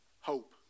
hope